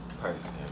person